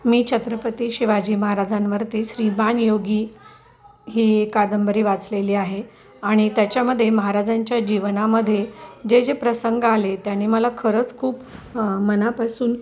मी छत्रपती शिवाजी महाराजांवरती श्रीमान योगी ही कादंबरी वाचलेली आहे आणि त्याच्यामध्ये महाराजांच्या जीवनामध्ये जे जे प्रसंग आले त्याने मला खरंच खूप मनापासून